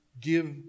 give